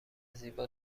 زیبا